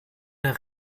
der